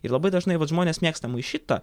ir labai dažnai vat žmonės mėgsta maišyt ta